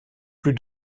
plus